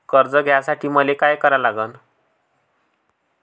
कर्ज घ्यासाठी मले का करा लागन?